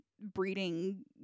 breeding